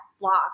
blocks